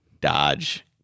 Dodge